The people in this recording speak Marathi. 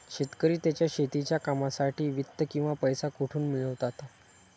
शेतकरी त्यांच्या शेतीच्या कामांसाठी वित्त किंवा पैसा कुठून मिळवतात?